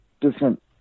different